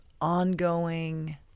ongoing